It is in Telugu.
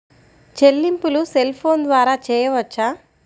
చెల్లింపులు సెల్ ఫోన్ ద్వారా చేయవచ్చా?